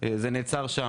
זה נעצר שם?